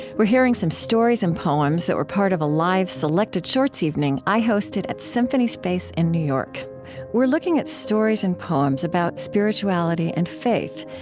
we're hearing some stories and poems that were part of a live selected shorts evening i hosted at symphony space in new york we're looking at stories and poems about spirituality and faith.